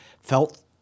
felt